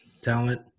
talent